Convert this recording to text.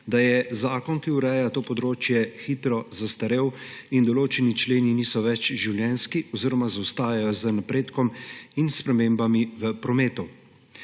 da je zakon, ki ureja to področje, hitro zastarel in določeni členi niso več življenjski oziroma zaostajajo z napredkom in s spremembami v prometu.